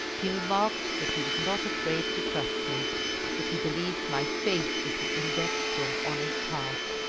he remarked that he was not afraid to trust me that he believed my face was the index to an honest heart.